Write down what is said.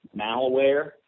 malware